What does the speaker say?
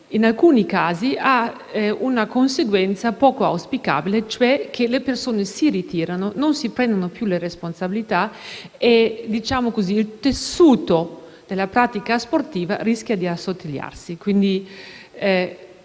in alcuni casi ha una conseguenza poco auspicabile. Le persone si ritirano, non si assumono più le proprie responsabilità e il tessuto della pratica sportiva rischia di assottigliarsi.